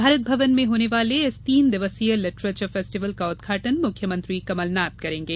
भारत भवन में होने वाले इस तीन दिवसीय लिटरेचर फेस्टिवल का उदघाटन मुख्यमंत्री कमलनाथ करेंगे